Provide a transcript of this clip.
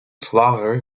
slager